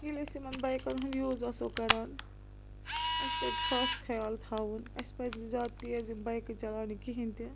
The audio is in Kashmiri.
ییٚلہِ أسی یِمن بایکَن ہُنٛد یوٗز آسو کَران اَسہِ پَزِ خاص خیال تھاوُن اَسہِ پَزِ نہٕ زیادٕ تیز یِم بایکہٕ چَلاونہِ کِہیٖنۍ تہِ